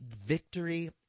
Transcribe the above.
victory